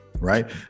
right